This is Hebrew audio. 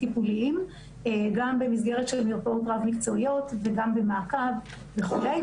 גם במסגרת של מרפאות רב מקצועיות וגם במעקב וכולי.